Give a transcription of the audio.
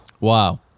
Wow